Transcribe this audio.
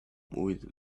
with